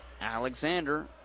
Alexander